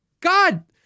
God